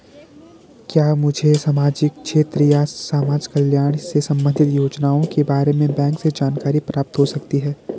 क्या मुझे सामाजिक क्षेत्र या समाजकल्याण से संबंधित योजनाओं के बारे में बैंक से जानकारी प्राप्त हो सकती है?